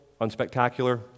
unspectacular